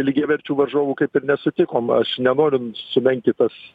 lygiaverčių varžovų kaip ir nesutikom aš nenoriu sumenkyt tas